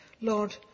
Lord